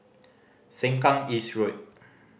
Sengkang East Road